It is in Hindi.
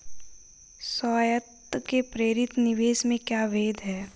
स्वायत्त व प्रेरित निवेश में क्या भेद है?